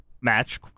Match